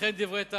אכן דברי טעם.